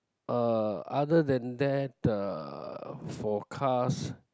uh other than that uh for cars